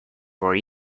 were